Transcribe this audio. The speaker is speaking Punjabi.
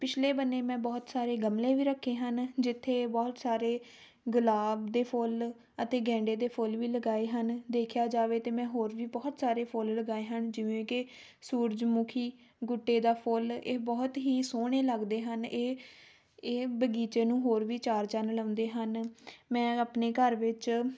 ਪਿਛਲੇ ਬੰਨੇ ਮੈਂ ਬਹੁਤ ਸਾਰੇ ਗਮਲੇ ਵੀ ਰੱਖੇ ਹਨ ਜਿੱਥੇ ਬਹੁਤ ਸਾਰੇ ਗੁਲਾਬ ਦੇ ਫੁੱਲ ਅਤੇ ਗੈਂਦੇ ਦੇ ਫੁੱਲ ਵੀ ਲਗਾਏ ਹਨ ਦੇਖਿਆ ਜਾਵੇ ਤਾਂ ਮੈਂ ਹੋਰ ਵੀ ਬਹੁਤ ਸਾਰੇ ਫੁੱਲ ਲਗਾਏ ਹਨ ਜਿਵੇਂ ਕਿ ਸੂਰਜਮੁਖੀ ਗੁੱਟੇ ਦਾ ਫੁੱਲ ਇਹ ਬਹੁਤ ਹੀ ਸੋਹਣੇ ਲੱਗਦੇ ਹਨ ਇਹ ਇਹ ਬਗੀਚੇ ਨੂੰ ਹੋਰ ਵੀ ਚਾਰ ਚੰਨ ਲਗਾਉਂਦੇ ਹਨ ਮੈਂ ਆਪਣੇ ਘਰ ਵਿੱਚ